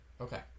okay